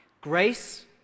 Grace